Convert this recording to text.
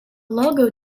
logo